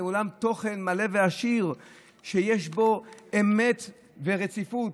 לבין עולם תוכן מלא ועשיר שיש בו אמת ורציפות.